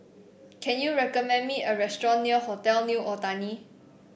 can you recommend me a restaurant near Hotel New Otani